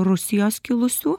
rusijos kilusių